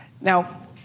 Now